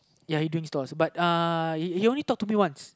ya he bring stores uh but he only talked to me once